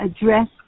address